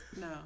no